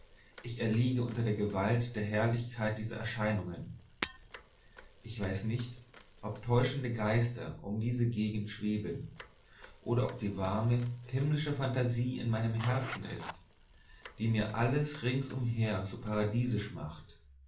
ich erliege unter der gewalt der herrlichkeit dieser erscheinungen ich weiß nicht ob täuschende geister um diese gegend schweben oder ob die warme himmlische phantasie in meinem herzen ist die mir alles rings umher so paradiesisch macht